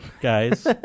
guys